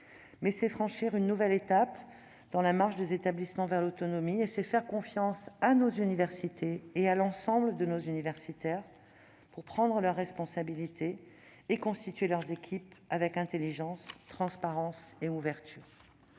C'est plutôt franchir une nouvelle étape dans la marche des établissements vers l'autonomie, c'est faire confiance à nos universités et à l'ensemble de nos universitaires pour prendre leurs responsabilités et constituer leurs équipes avec intelligence, transparence et ouverture.